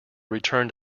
returned